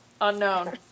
Unknown